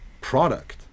product